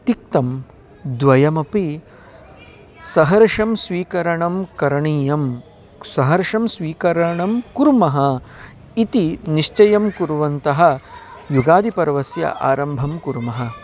तिक्तं द्वयमपि सहर्षं स्वीकरणं करणीयं सहर्षं स्वीकरणं कुर्मः इति निश्चयं कुर्वन्तः युगादिपर्वस्य आरम्भं कुर्मः